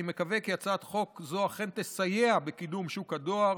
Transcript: אני מקווה כי הצעת חוק זו אכן תסייע בקידום שוק הדואר